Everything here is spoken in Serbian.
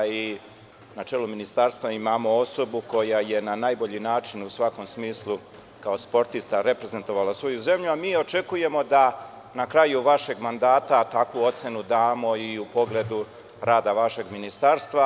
Na čelu Ministarstva imamo osobu koja je na najbolji način, u svakom smislu, kao sportista reprezentovao svoju zemlju, a mi očekujemo da na kraju vašeg mandata takvu ocenu damo i u pogledu rada vašeg Ministarstva.